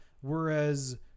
Whereas